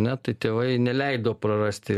ne tai tėvai neleido prarasti